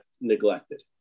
neglected